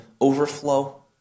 overflow